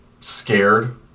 scared